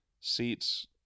seats—